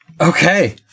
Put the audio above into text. Okay